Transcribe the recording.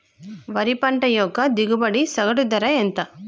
వరి పంట యొక్క దిగుబడి సగటు ధర ఎంత?